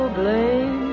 blame